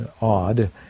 odd